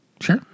Sure